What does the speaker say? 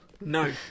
No